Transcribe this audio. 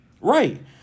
Right